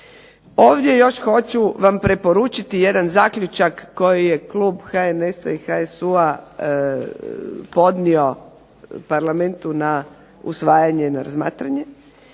Ovdje još hoću vam preporučiti jedan zaključak koji je klub HNS-a i HSU-a podnio Parlamentu na usvajanje, na razmatranje,